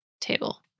table